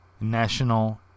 National